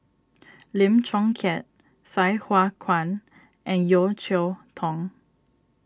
Lim Chong Keat Sai Hua Kuan and Yeo Cheow Tong